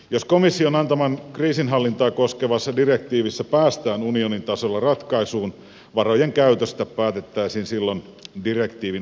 jos komission antamassa kriisinhallintaa koskevassa direktiivissä päästään unionin tasolla ratkaisuun varojen käytöstä päätettäisiin silloin direktiivin ohjaamalla tavalla